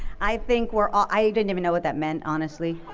i think we're all i didn't even know what that meant honestly,